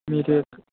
మీకు